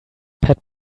pet